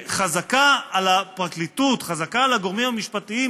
חזקה על הפרקליטות, חזקה על הגורמים המשפטיים,